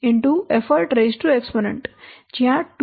તેથી જ્યાં 2